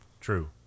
True